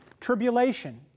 tribulation